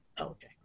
Okay